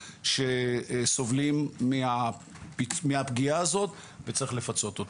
שסובלים מהפגיעה הזאת וצריך לפצות אותם.